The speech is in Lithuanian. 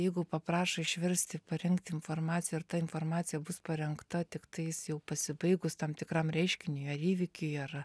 jeigu paprašo išversti parengti informaciją ir ta informacija bus parengta tiktais jau pasibaigus tam tikram reiškiniui ar įvykiui ar